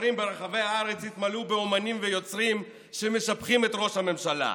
וגשרים ברחבי הארץ התמלאו באומנים ויוצרים שמשבחים את ראש הממשלה,